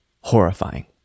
horrifying